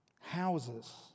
houses